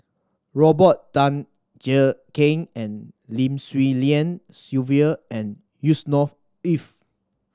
Robert Tan Jee Keng Lim Swee Lian Sylvia and Yusnor Ef